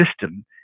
system